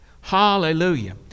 Hallelujah